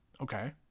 Okay